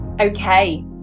Okay